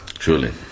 Surely